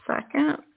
second